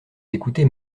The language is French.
écoutée